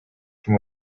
from